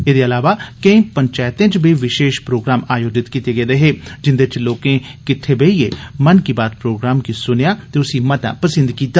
एह्दे अलावा कोई पंचैतें च बी विषेश प्रोग्राम आयोजित कीते गे हे जिंदे च लोकें किट्ठे बेहियै मन की बात प्रोग्राम गी सुनेआ ते उसी मता पसंद कीता